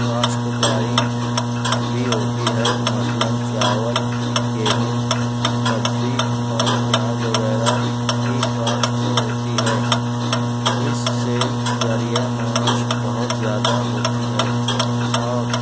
کاشتکاری بھی ہوتی ہے مثلاً چاول گیہوں سبزی اور پیاز وغیرہ کی کاشت ہوتی ہے اس سے ذریعۂ معاش بہت زیادہ ہوتی ہے اور